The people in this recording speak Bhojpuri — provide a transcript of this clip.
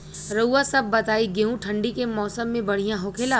रउआ सभ बताई गेहूँ ठंडी के मौसम में बढ़ियां होखेला?